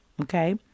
okay